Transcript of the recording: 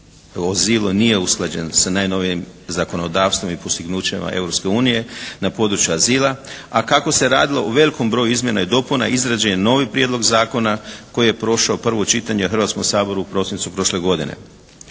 azilu nije usklađen sa najnovijim zakonodavstvom i postignućima Europske unije na području azila. A kako se radilo o velikom broju izmjena i dopuna izrađen je novi prijedlog zakona koji je prošao prvo čitanje u Hrvatskom saboru u prosincu prošle godine.